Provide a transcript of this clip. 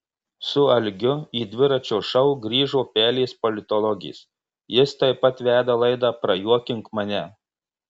su algiu į dviračio šou grįžo pelės politologės jis taip pat veda laidą prajuokink mane